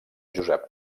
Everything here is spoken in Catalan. josep